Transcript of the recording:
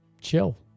chill